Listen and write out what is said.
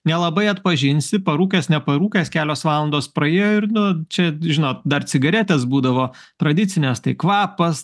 nelabai atpažinsi parūkęs neparūkęs kelios valandos praiejo ir nu čia žinot dar cigaretės būdavo tradicinės tai kvapas